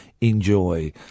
enjoy